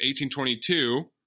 1822